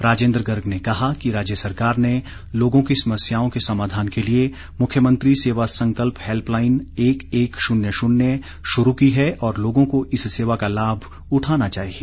राजेन्द्र गर्ग ने कहा कि राज्य सरकार ने लोगों की समस्याओं के समाधान के लिए मुख्यमंत्री सेवा संकल्प हैल्पलाईन एक एक शून्य शून्य शुरू की है और लोगों को इस सेवा का लाभ उठाना चाहिए